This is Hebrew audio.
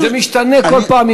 זה משתנה כל פעם,